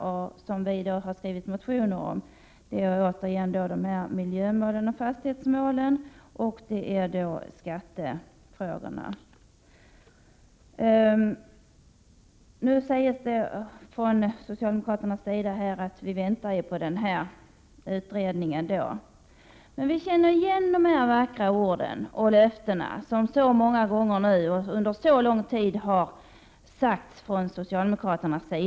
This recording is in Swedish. Det har också skrivits motioner i frågan. Det gäller alltså miljöoch fastighetsmålen samt skattefrågorna. Nu säger socialdemokraterna att man väntar på utredningen. Men vi känner igen de här vackra orden och löftena, som så många gånger under lång tid har uttalats av socialdemokraterna.